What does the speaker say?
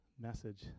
message